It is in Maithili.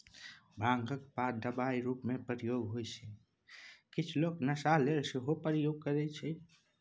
भांगक पात दबाइ रुपमे प्रयोग होइ छै किछ लोक नशा लेल सेहो प्रयोग करय छै